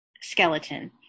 skeleton